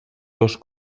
dos